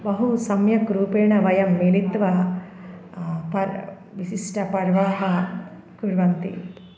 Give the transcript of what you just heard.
बहु सम्यक्रूपेण वयं मिलित्वा पर् विशिष्टपर्वाः कुर्वन्ति